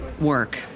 Work